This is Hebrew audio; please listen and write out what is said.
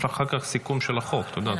יש לך אחר סיכום של החוק, את יודעת.